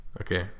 okay